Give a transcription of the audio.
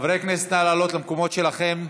חברי הכנסת, נא לעלות למקומות שלכם,